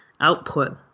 output